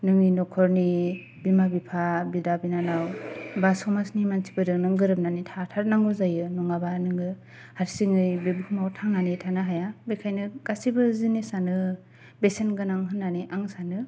नोंनि नखरनि बिमा बिफा बिदा बिनानाव बा समाजनि मानसिफोरजों नों गोरोबनोनै थाथारनांगौ जायो नङाबा नोङो हारसिंयै बे बुहुमाव थांनानै थानो हाया बेखायनो गासिबो जिनिसानो बेसेन गोनां होननानै आं सानो